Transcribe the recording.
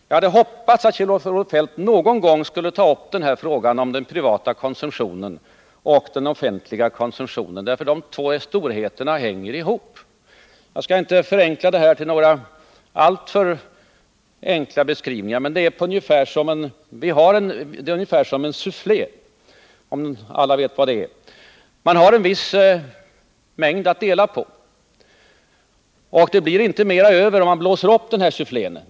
Jag hade hoppats att Kjell-Olof Feldt någon gång skulle ta upp frågan om den privata konsumtionen och den offentliga konsumtionen. Dessa två storheter hänger ju ihop. Jag skall inte förenkla alltför mycket, men det är ungefär som en sufflé— jag hoppas att alla vet vad det är. Vi har det som finns i formen att dela på, och det blir inte mer över om vi blåser upp sufflén.